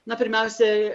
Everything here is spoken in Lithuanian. na pirmiausiai